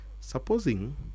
Supposing